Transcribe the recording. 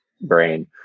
brain